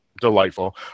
delightful